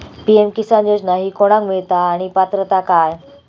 PM Kisan योजना ही कोणाक मिळता आणि पात्रता काय?